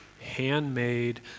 handmade